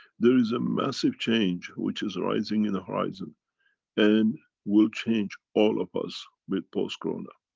there is a massive change which is rising in the horizon and, will change all of us, with post-corona.